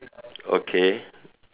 okay